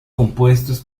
compuestos